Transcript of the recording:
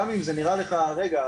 גם אם זה נראה לך "רגע,